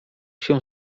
się